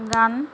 গান